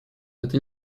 это